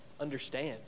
understand